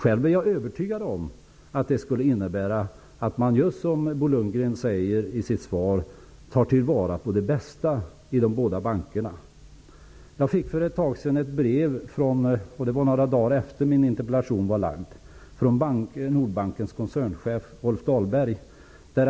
Själv är jag övertygad om att det skulle innebära att man, just som Bo Lundgren säger i sitt svar, tar till vara det bästa i de båda bankerna. Jag fick för en tid sedan ett brev från Nordbankens koncernchef Rolf Dahlborg. Brevet kom några dagar efter att min interpellation hade lagts.